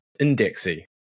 Indexy